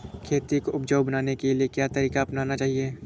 खेती को उपजाऊ बनाने के लिए क्या तरीका अपनाना चाहिए?